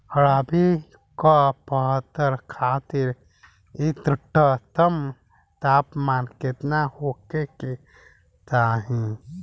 रबी क फसल खातिर इष्टतम तापमान केतना होखे के चाही?